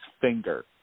finger